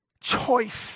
choice